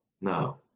No